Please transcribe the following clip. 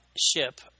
ship